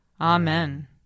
Amen